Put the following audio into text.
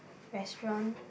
restaurant